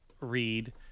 read